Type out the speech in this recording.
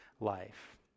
life